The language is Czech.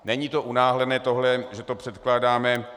Není to unáhlené, tohle, že to předkládáme.